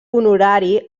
honorari